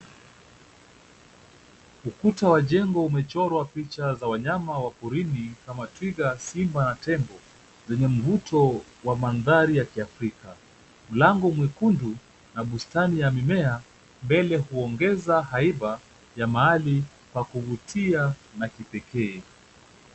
Ukuta wa jengo umechorwa picha za wanyama wa porini kama twiga, simba na tembo, zenye mvuto wa mandhari ya kiafrika. Mlango mwekundu na bustani ya mimea mbele huongeza haifa ya mahali kwa kuvutia na kipekee.